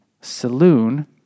saloon